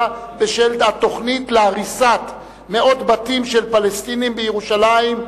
בשל התוכנית להריסת מאות בתים של פלסטינים בירושלים.